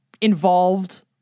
involved